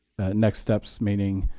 next steps meaning,